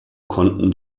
konnten